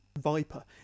Viper